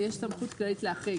יש סמכות כללית להחריג,